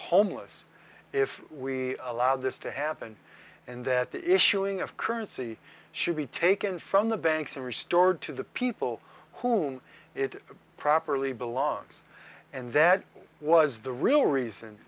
homeless if we allow this to happen and that the issuing of currency should be taken from the banks and restored to the people whom it properly belongs and that was the real reason